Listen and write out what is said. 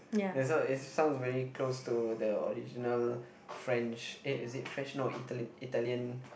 it's not it sounds very close to the original French eh is it French no Italy Italian